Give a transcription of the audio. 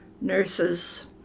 nurses